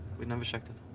we never checked ah